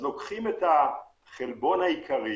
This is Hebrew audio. לוקחים את החלבון העיקרי